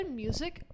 music